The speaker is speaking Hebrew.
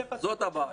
נכון, זאת הבעיה.